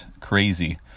crazy